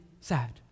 sad